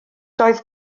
doedd